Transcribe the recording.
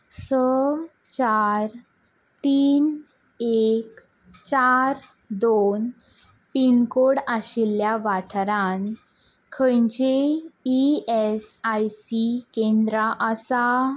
स चार तीन एक चार दोन पिनकोड आशिल्ल्या वाठारान खंयचीय ई एस आय सी केंद्रां आसा